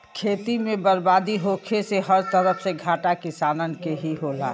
खेती में बरबादी होखे से हर तरफ से घाटा किसानन के ही होला